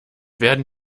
werden